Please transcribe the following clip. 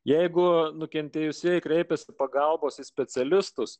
jeigu nukentėjusieji kreipiasi pagalbos į specialistus